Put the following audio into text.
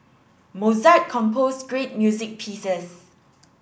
Mozart composed great music pieces